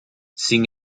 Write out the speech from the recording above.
sin